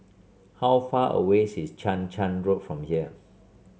how far away is Chang Charn Road from here